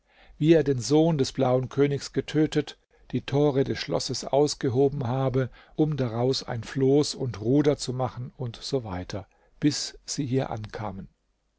wie er den sohn des blauen königs getötet die tore des schlosses ausgehoben habe um daraus ein floß und ruder zu machen usw bis sie hier ankamen